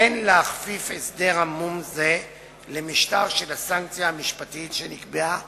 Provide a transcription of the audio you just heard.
אין להכפיף הסדר עמום זה למשטר הסנקציה המשפטית שנקבעה